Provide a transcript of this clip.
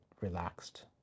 relaxed